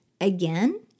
Again